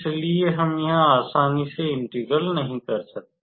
इसलिए हम यहाँ आसानी से इंटीग्रल नहीं कर सकते